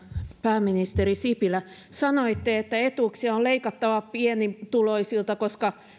pääministeri sipilä sanoitte että etuuksia on leikattava pienituloisilta koska